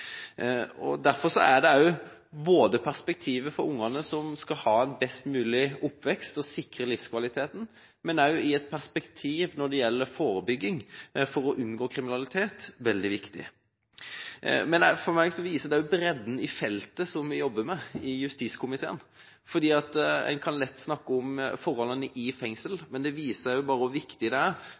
Derfor er dette veldig viktig, både ut fra ungenes perspektiv, som skal ha en best mulig oppvekst og sikres livskvalitet, og også når det gjelder forebygging, å unngå kriminalitet. For meg viser dette bredden i feltet som vi jobber med i justiskomiteen. En kan lett snakke om forholdene i fengselet, men det viser bare hvor viktig det er